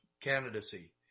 candidacy